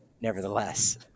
Nevertheless